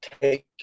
take